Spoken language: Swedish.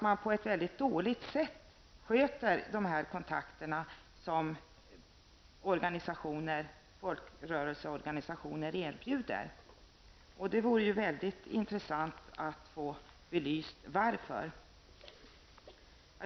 Man sköter dåligt de kontakter som folkrörelseorganisationerna kan erbjuda. Det vore väldigt intressant att få belyst varför.